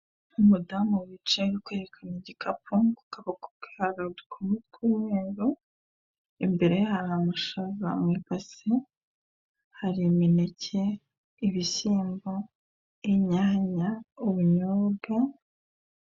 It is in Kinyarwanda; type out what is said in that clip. Umudamu wicaye ari kwerekana igikapu, mu kaboko ke hari udukomo tw'umweru, imbere ye hari amashaza mu ibasi, hari imineke, ibishyimbo, inyanya, ubunyobwa.